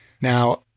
Now